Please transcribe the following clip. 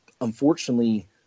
unfortunately